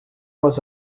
was